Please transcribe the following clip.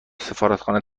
سفارتخانه